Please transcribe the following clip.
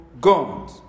God